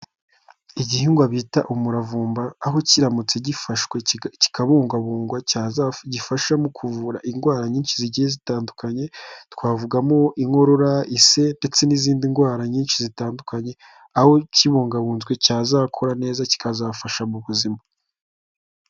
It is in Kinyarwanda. Igihingwa bita umuravumba aho kiramutse gifashwe kikabungwabungwa gifasha mu kuvura indwara nyinshi zigiye zitandukanye, twavugamo inkurora, ise ndetse n'izindi ndwara nyinshi zitandukanye, aho kibungabunzwe cyazakura neza kikazafasha mu buzima.